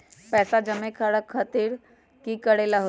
पैसा जमा करे खातीर की करेला होई?